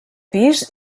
pis